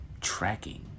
tracking